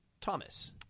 Thomas